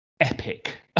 epic